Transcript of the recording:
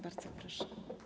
Bardzo proszę.